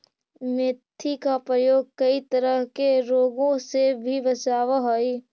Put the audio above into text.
मेथी का प्रयोग कई तरह के रोगों से भी बचावअ हई